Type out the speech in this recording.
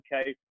okay